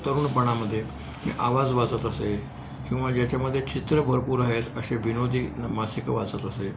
तरुणपणामध्ये मी आवाज वाचत असे किंवा ज्याच्यामध्ये चित्र भरपूर आहेत असे विनोदी मासिकं वाचत असे